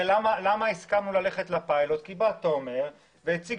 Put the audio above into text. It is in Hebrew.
הסכמנו ללכת לפיילוט כי תומר מוסקוביץ' הציג